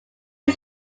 was